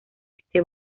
este